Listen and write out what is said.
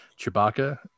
Chewbacca